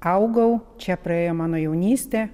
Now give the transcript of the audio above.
augau čia praėjo mano jaunystė